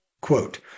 quote